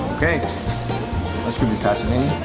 okay that's gonna be fascinating.